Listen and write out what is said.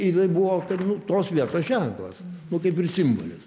ir jinai buvo kad nu tos vietos ženklas nu kaip ir simbolis